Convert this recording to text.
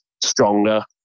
stronger